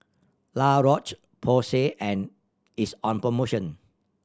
La Roche Porsay and is on promotion